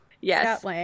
yes